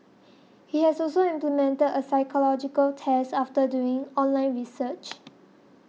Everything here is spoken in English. he has also implemented a psychological test after doing online research